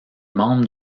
membre